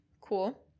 cool